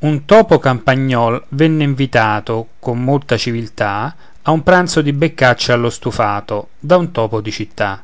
un topo campagnol venne invitato con molta civiltà a un pranzo di beccacce allo stufato da un topo di città